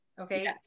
Okay